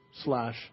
slash